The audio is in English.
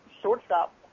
Shortstop